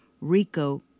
RICO